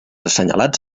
assenyalats